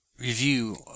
review